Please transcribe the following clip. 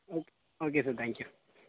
okay okay sir thank you